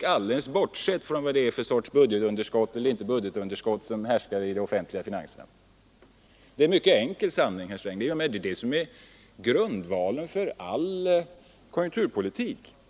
Det gäller helt bortsett från om det är budgetunderskott som härskar i de offentliga finanserna eller inte. Detta är en mycket enkel sanning, herr Sträng, och den är grundvalen för all konjunkturpolitik.